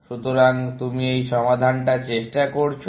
সুতরাং তুমি এই সমাধানটা চেষ্টা করছো